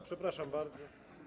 Przepraszam bardzo.